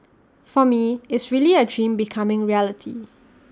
for me is really A dream becoming reality